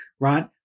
right